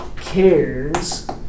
cares